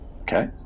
okay